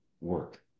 work